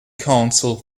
counsel